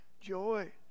joy